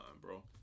bro